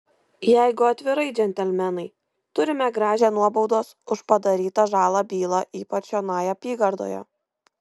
jeigu atvirai džentelmenai turime gražią nuobaudos už padarytą žalą bylą ypač čionai apygardoje